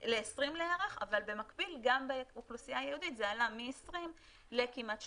אבל במקביל גם באוכלוסייה יהודית זה עלה מ-20 לכמעט 30,